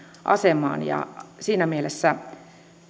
asemaan siinä mielessä